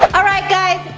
all right guys,